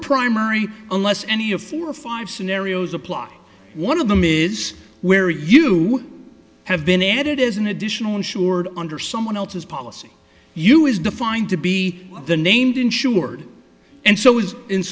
primary unless any of four or five scenarios apply one of them is where you have been added as an additional insured under someone else's policy you is defined to be the named insured and so i